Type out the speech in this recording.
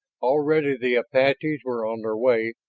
already the apaches were on their way,